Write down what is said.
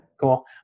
Cool